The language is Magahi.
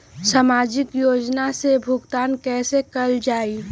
सामाजिक योजना से भुगतान कैसे कयल जाई?